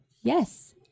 Yes